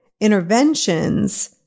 interventions